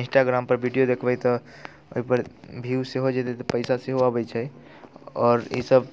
इंस्टाग्रामपर video देखबै तऽ ओहिपर भ्यू सेहो जे देतै पैसा सेहो अबैत छै आओर ईसभ